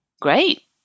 Great